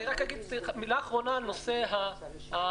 אני רק אגיד מילה האחרונה על נושא --------- כן.